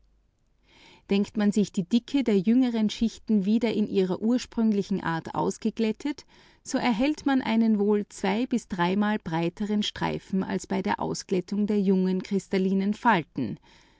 denkt man sich die decke der jüngeren schichten wieder in ihrer ursprünglichen art ausgeglättet so erhält man einen wohl zwei bis dreimal breiteren streifen als bei der ausglättung der jüngeren